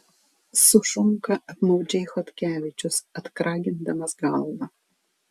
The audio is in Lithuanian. sušunka apmaudžiai chodkevičius atkragindamas galvą